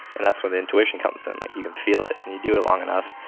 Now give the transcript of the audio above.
and that's where the intuition comes in. like you can feel it and you do it long enough,